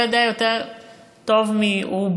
אתה יודע יותר טוב מרובנו,